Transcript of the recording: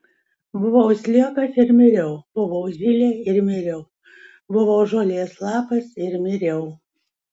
buvau sliekas ir miriau buvau zylė ir miriau buvau žolės lapas ir miriau